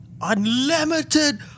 Unlimited